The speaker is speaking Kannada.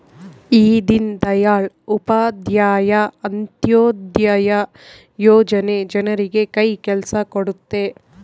ಈ ದೀನ್ ದಯಾಳ್ ಉಪಾಧ್ಯಾಯ ಅಂತ್ಯೋದಯ ಯೋಜನೆ ಜನರಿಗೆ ಕೈ ಕೆಲ್ಸ ಕೊಡುತ್ತೆ